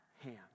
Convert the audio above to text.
hand